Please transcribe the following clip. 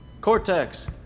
Cortex